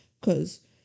cause